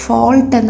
Fault